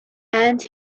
and